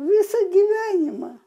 visą gyvenimą